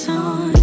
on